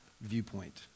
viewpoint